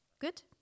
Good